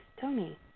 Tony